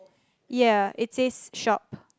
ya it says shop